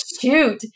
shoot